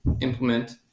implement